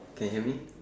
can hear me